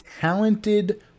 talented